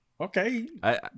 okay